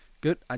good –